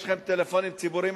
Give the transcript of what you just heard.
יש לכם טלפונים ציבוריים,